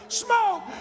smoke